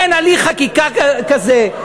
אין הליך חקיקה כזה.